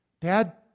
Dad